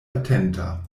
atenta